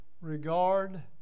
Regard